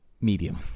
medium